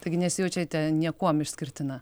taigi nesijaučiate niekuom išskirtina